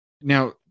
Now